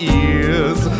ears